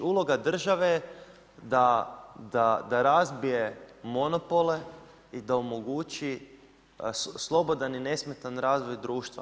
Uloga države je da razbije monopole i da omogući slobodan i nesmetan razvoj društva.